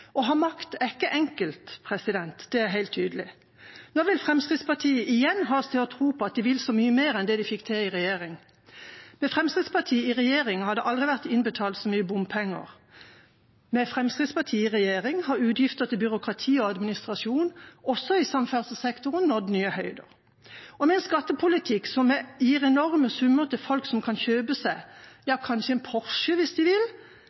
Å ha makt er ikke enkelt, det er helt tydelig. Nå vil Fremskrittspartiet igjen ha oss til å tro på at de vil så mye mer enn det de fikk til i regjering. Det har aldri vært innbetalt så mye bompenger som med Fremskrittspartiet i regjering. Med Fremskrittspartiet i regjering har utgifter til byråkrati og administrasjon, også i samferdselssektoren, nådd nye høyder – og med en skattepolitikk som gir enorme summer til folk som kan kjøpe seg kanskje en Porsche hvis de vil,